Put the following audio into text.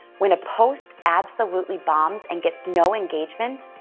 when a post absolutely bombs and gets no engagement,